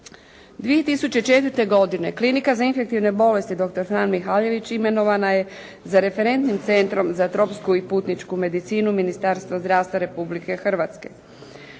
2004. godine Klinika za infektivne bolesti „Dr. Fran Mihaljević“ imenovana je za referentnim centrom za tropsku i putničku medicinu Ministarstva zdravstva Republike Hrvatske.